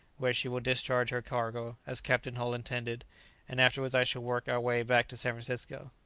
where she will discharge her cargo, as captain hull intended and afterwards i shall work our way back to san francisco.